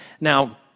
Now